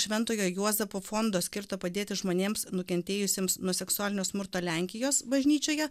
šventojo juozapo fondo skirto padėti žmonėms nukentėjusiems nuo seksualinio smurto lenkijos bažnyčioje